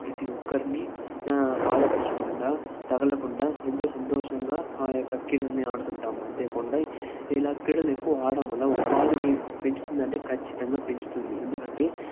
ప్రతి ఒక్కరిని బాధపరచకుండా తగలకుండా ఎంతో సంతోషంగా ఆ యొక్క క్రీడలని ఆడుతుంటాము అంతేకాకుండా ఇలా క్రీడలు ఎక్కువ ఆడటం వల్ల ఉపాధిని పెంచుతుంది అంటే ఖచ్చితంగా పెంచుతుంది ఎందుకంటే